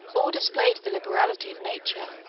all displayed the liberality of nature,